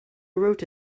wrote